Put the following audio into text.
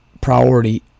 priority